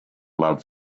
love